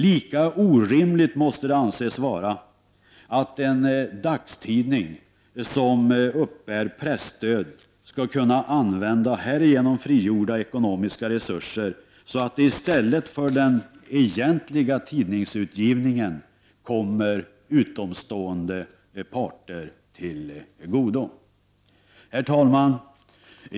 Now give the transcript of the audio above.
Lika orimligt måste det anses vara att en dagstidning som uppbär presstöd skall kunna använda härigenom frigjorda ekonomiska resurser så att de i stället för den egentliga tidningsutgivningen kommer utomstående parter till godo. Herr talman!